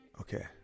Okay